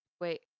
wait